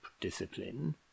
discipline